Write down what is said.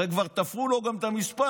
הרי כבר תפרו לו גם את המספר.